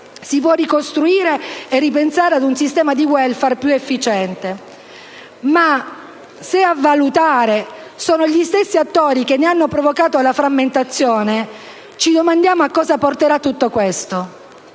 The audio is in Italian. si può ricostruire e ripensare un sistema di *welfare* più efficiente. Ma se a valutare sono gli stessi attori che ne hanno provocato la frammentazione, ci domandiamo a cosa porterà tutto questo.